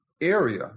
area